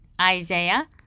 Isaiah